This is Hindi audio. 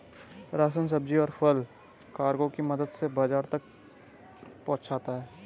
राशन, सब्जी, और फल कार्गो की मदद से बाजार तक पहुंचता है